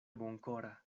bonkora